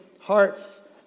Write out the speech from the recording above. hearts